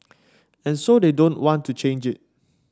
and so they don't want to change it